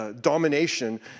domination